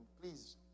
please